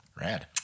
Rad